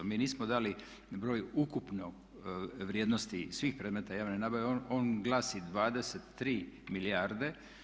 Mi nismo dali broj ukupno vrijednosti svih predmeta javne nabave, on glasi 23 milijarde.